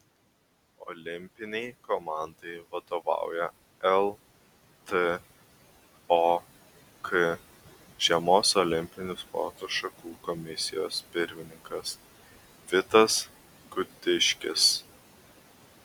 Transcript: olimpinei komandai vadovauja ltok žiemos olimpinių sporto šakų komisijos pirmininkas vitas gudiškis